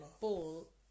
ball